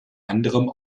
anderem